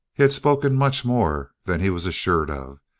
he had spoken much more than he was assured of.